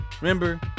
remember